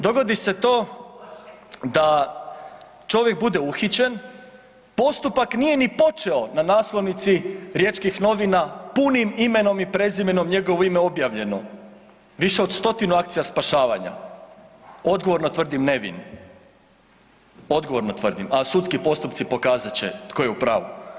Dogodi se to da čovjek bude uhićen, postupak nije ni počeo na naslovnici riječkih novina punim imenom i prezimenom njegovo ime objavljeno, više od 100 akcija spašavanja, odgovorno tvrdim nevin, odgovorno tvrdim a sudski postupci pokazat će tko je u pravu.